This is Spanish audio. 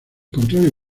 contrario